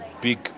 big